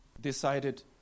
decided